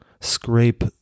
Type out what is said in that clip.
scrape